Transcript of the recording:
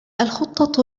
الخطة